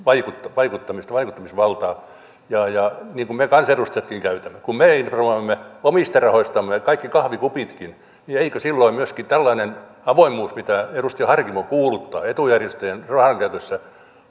vaikuttamisvaltaa niin kuin me kansanedustajatkin käytämme kun me informoimme omista rahoistamme kaikki kahvikupitkin niin eikö silloin myöskin tällainen avoimuus mitä edustaja harkimo peräänkuuluttaa etujärjestöjen rahankäytössä